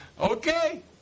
Okay